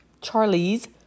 Charlie's